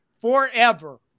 forever